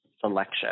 selection